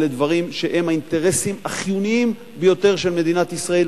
אלה דברים שהם האינטרסים החיוניים של מדינת ישראל,